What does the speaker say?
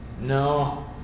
No